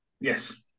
Yes